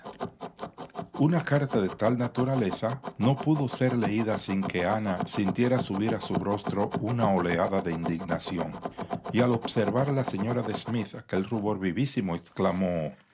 una carta de tal naturaleza no pudo ser leída sin que ana sintiera subir a su rostro una oleada de indignación y al observar la señora de smith aquel rubor vivísimo exclamó